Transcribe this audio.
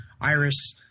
Iris